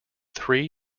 three